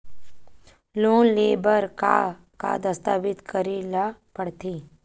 Loan ले बर का का दस्तावेज करेला पड़थे?